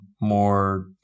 more